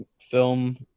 film